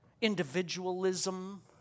individualism